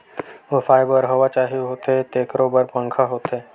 ओसाए बर हवा चाही होथे तेखरो बर पंखा होथे